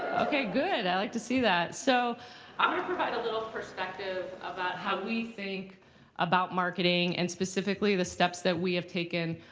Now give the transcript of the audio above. ok, good. i like to see that. so i'm going to provide a little perspective about how we think about marketing and specifically, the steps that we have taken,